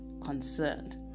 concerned